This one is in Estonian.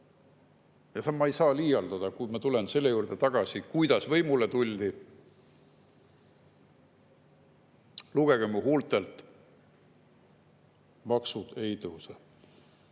Ma ei saa liialdada, kuid ma tulen selle juurde tagasi, kuidas võimule tuldi: "Lugege mu huultelt: maksud ei tõuse."